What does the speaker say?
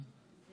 אני